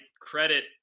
credit